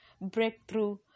breakthrough